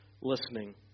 listening